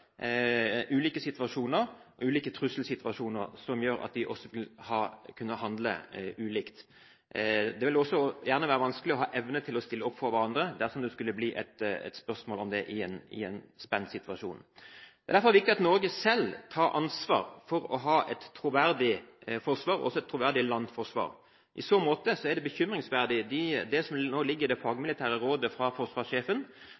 ulike situasjoner, ulike trusselsituasjoner, som gjør at de vil kunne handle ulikt. Det vil også være vanskelig å ha evne til å stille opp for hverandre dersom det skulle bli et spørsmål om det i en spent situasjon. Det er derfor viktig at Norge selv tar ansvar for å ha et troverdig forsvar og også et troverdig landforsvar. I så måte er det bekymringsfullt det som nå ligger i det